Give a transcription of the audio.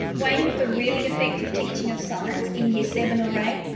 waiting for really effective teaching of science in year seven or eight,